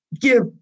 give